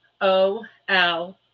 O-L